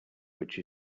which